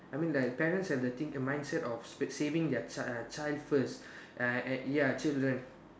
I mean like parents have the think mindset of saving their child uh child first uh and ya children